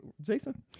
Jason